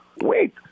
Wait